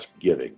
giving